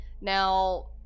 Now